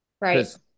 Right